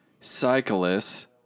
cyclists